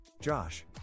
Josh